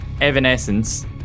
Evanescence